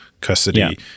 custody